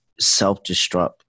self-destruct